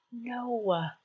No